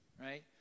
right